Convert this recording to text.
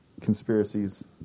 conspiracies